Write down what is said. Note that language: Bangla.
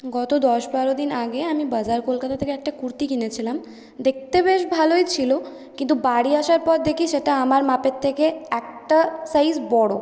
গত দশ বারো দিন আগে আমি বাজার কলকাতা থেকে একটা কুর্তি কিনেছিলাম দেখতে বেশ ভালোই ছিল কিন্তু বাড়ি আসার পর দেখি সেটা আমার মাপের থেকে একটা সাইজ বড়